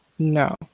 No